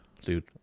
Dude